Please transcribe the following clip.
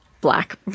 Black